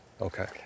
Okay